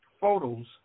photos